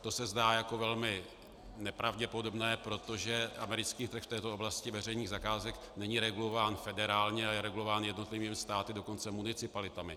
To se zdá jako velmi nepravděpodobné, protože americký trh v této oblasti veřejných zakázek není regulován federálně, ale je regulován jednotlivými státy, dokonce municipalitami.